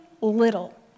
little